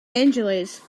angeles